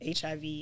HIV